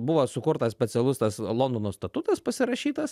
buvo sukurtas specialus tas londono statutas pasirašytas